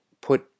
put